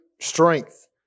strength